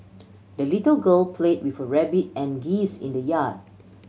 the little girl play with her rabbit and geese in the yard